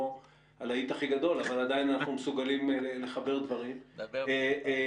הלהיט הכי גדול אבל עדיין אנחנו מסוגלים לחבר דברים מאפשר.